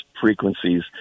frequencies